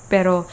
Pero